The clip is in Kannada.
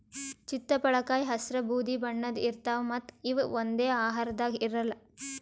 ಚಿತ್ತಪಳಕಾಯಿ ಹಸ್ರ್ ಬೂದಿ ಬಣ್ಣದ್ ಇರ್ತವ್ ಮತ್ತ್ ಇವ್ ಒಂದೇ ಆಕಾರದಾಗ್ ಇರಲ್ಲ್